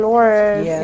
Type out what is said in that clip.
Lord